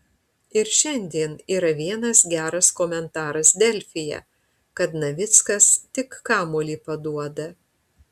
ir šiandien yra vienas geras komentaras delfyje kad navickas tik kamuolį paduoda